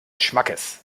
schmackes